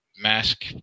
Mask